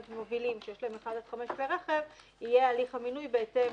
מובילים שיש להם 1 עד 5 כלי רכב יהיה הליך המינוי בהתאם